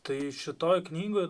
tai šitoj knygoj